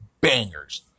bangers